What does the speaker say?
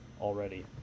already